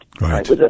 Right